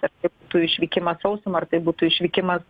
ar tai būtų išvykimas sausuma ar tai būtų išvykimas